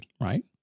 right